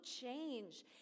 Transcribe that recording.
change